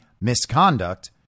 misconduct